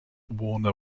warner